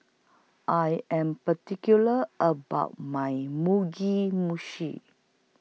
I Am particular about My Mugi Meshi